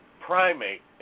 primate